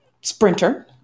sprinter